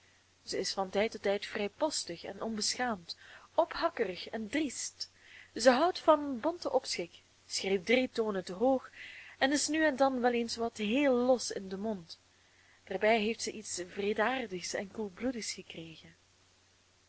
zij is van tijd tot tijd vrijpostig en onbeschaamd ophakkerig en driest zij houdt van bonten opschik schreeuwt drie tonen te hoog en is nu en dan wel eens wat heel los in den mond daarbij heeft zij iets wreedaardigs en koelbloedigs gekregen